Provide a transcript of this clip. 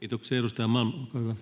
Kiitoksia. — Edustaja Malm, olkaa hyvä.